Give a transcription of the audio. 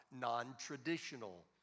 non-traditional